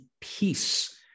peace